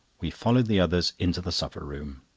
we followed the others into the supper-room.